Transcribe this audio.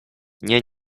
nie